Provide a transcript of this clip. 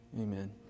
Amen